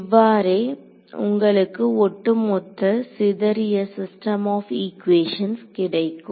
இவ்வாறே உங்களுக்கு ஒட்டுமொத்த சிதறிய சிஸ்டம் ஆப் ஈக்குவேஷன்ஸ் கிடைக்கும்